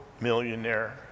millionaire